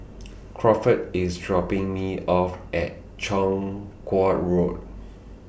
Crawford IS dropping Me off At Chong Kuo Road